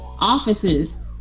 offices